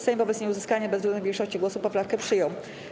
Sejm wobec nieuzyskania bezwzględnej większości głosów poprawkę przyjął.